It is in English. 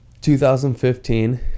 2015